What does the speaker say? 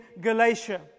Galatia